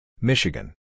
Michigan